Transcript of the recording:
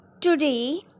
today